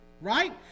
Right